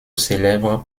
célèbre